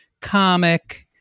comic